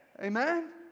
amen